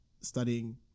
studying